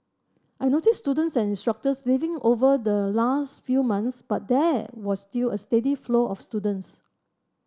I noticed students and instructors leaving over the last few months but there was still a steady flow of students